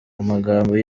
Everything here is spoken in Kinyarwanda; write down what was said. amagambo